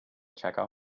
chekhov